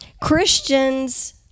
christians